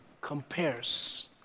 compares